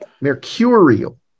Mercurial